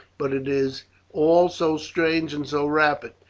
but it is all so strange and so rapid.